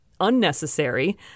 unnecessary